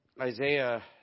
Isaiah